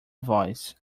voice